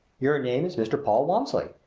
your name is mr. paul walmsley.